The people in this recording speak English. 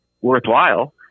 worthwhile